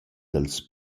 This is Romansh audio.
dals